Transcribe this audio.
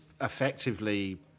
effectively